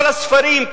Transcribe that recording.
כל הספרים,